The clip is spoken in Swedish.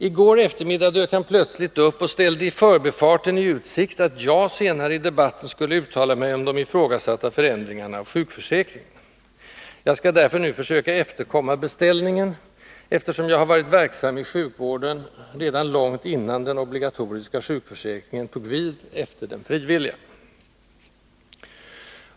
I går eftermiddag dök han plötsligt upp och ställde i förbifarten i utsikt att jag senare i debatten skulle uttala mig om de ifrågasatta förändringarna av sjukförsäkringen. Jag skall därför nu försöka efterkomma beställningen, eftersom jag har varit verksam i sjukvården redan långt innan den obligatoriska sjukförsäkringen tog vid efter den frivilliga.